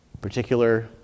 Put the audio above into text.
particular